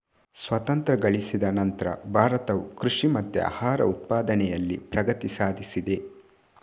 ಸ್ವಾತಂತ್ರ್ಯ ಗಳಿಸಿದ ನಂತ್ರ ಭಾರತವು ಕೃಷಿ ಮತ್ತೆ ಆಹಾರ ಉತ್ಪಾದನೆನಲ್ಲಿ ಪ್ರಗತಿ ಸಾಧಿಸಿದೆ